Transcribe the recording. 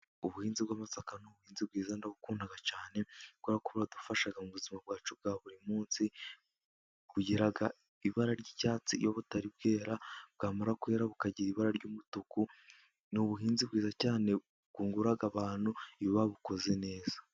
Ubuhinzi bw’amasaka ni ubuhinzi bwiza. Ndabukunda cyane kubera ko buradufasha mu buzima bwacu bwa buri munsi. Bugira ibara ry’icyatsi iyo butari bwera, bwamara kwera bukagira ibara ry’umutuku. Ni ubuhinzi bwiza cyane, bwungura abantu iyo babukoze neza.